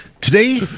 Today